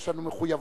יש לנו מחויבות,